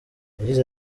yagize